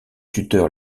tuteur